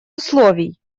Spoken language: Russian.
условий